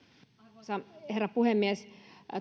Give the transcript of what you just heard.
arvoisa herra puhemies